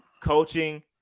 Coaching